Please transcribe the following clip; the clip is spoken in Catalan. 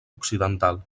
occidental